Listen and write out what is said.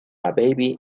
baby